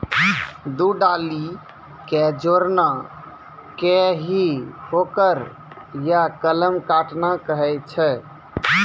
दू डाली कॅ जोड़ना कॅ ही फोर्क या कलम काटना कहै छ